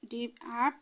deep app